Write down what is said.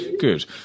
good